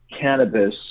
cannabis